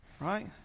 right